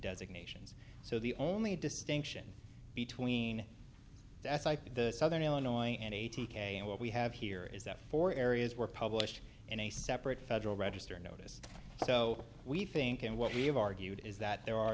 designations so the only distinction between that's i think the southern illinois and eighty k and what we have here is that four areas were published in a separate federal register notice so we think and what we have argued is that there are